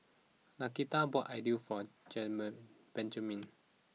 Nakita bought Idili for Germen Benjaman